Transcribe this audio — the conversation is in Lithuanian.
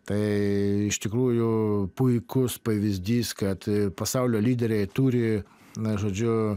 tai iš tikrųjų puikus pavyzdys kad pasaulio lyderiai turi na žodžiu